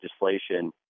legislation